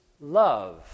love